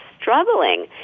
struggling